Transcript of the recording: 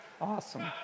Awesome